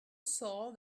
saw